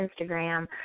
Instagram